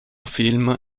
film